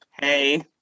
Hey